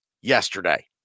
yesterday